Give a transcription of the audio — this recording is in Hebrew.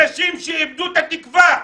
אנשים שאיבדו את התקווה.